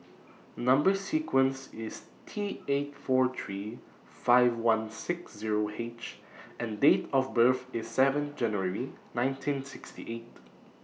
Number sequence IS T eight four three five one six Zero H and Date of birth IS seven January nineteen sixty eight